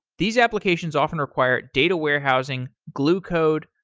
these applications often require data warehousing, glue code,